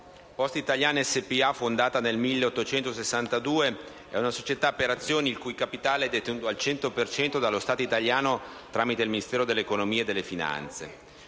Poste italiane SpA, fondata nel 1862, è una società per azioni il cui capitale è detenuto al 100 per cento dallo Stato italiano tramite il Ministero dell'economia e delle finanze.